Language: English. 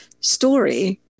Story